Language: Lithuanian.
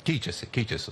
keičiasi keičiasi